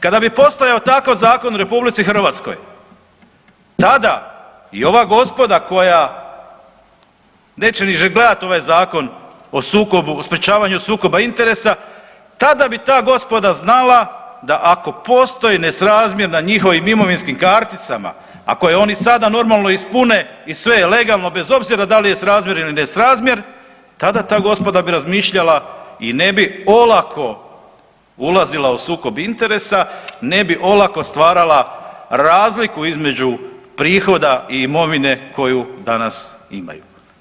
Kada bi postojao takav zakon u RH, tada i ova gospoda koja neće ni gledati ovaj Zakon o sprječavanju sukoba interesa, tada bi ta gospoda znala da ako postoji nesrazmjer na njihovim imovinskim karticama, ako je oni i sada normalno ispune i sve je legalno, bez obzira da li je srazmjer ili nesrazmjer, tada ta gospoda bi razmišljala i ne bi olako ulazila u sukob interesa, ne bi olako stvarala razliku između prihoda i imovine koju danas imaju.